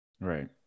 Right